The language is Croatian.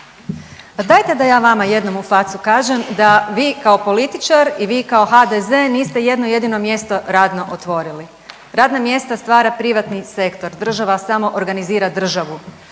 dajte da ja vama jednom u facu kažem da vi kao političar i vi kao HDZ niste jedno jedino mjesto radno otvorili. Radna mjesta stvara privatni sektor, država samo organizira državu,